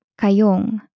Kayong